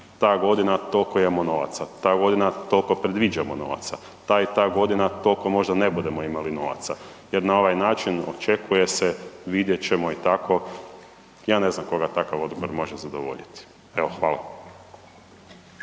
Ta godina toliko imamo novaca, ta godina toliko predviđamo novaca, ta i ta godina toliko možda ne budemo možda imali novaca jer na ovaj način očekuje se vidjet ćemo i tako, ja ne znam koga takav odgovor može zadovoljiti. Evo hvala.